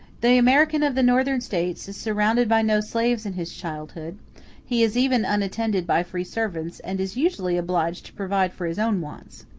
the american of the northern states is surrounded by no slaves in his childhood he is even unattended by free servants, and is usually obliged to provide for his own wants.